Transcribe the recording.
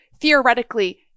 theoretically